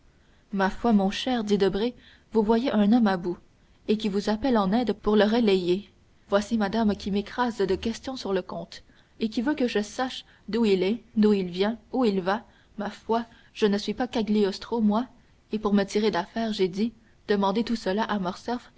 ma foi mon cher dit debray vous voyez un homme à bout et qui vous appelle en aide pour le relayer voici madame qui m'écrase de questions sur le comte et qui veut que je sache d'où il est d'où il vient où il va ma foi je ne suis pas cagliostro moi et pour me tirer d'affaire j'ai dit demandez tout cela à